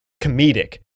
comedic